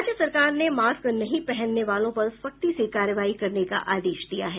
राज्य सरकार ने मास्क नहीं पहनने वालों पर सख्ती से कार्रवाई करने का आदेश दिया है